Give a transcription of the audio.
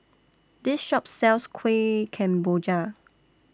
This Shop sells Kuih Kemboja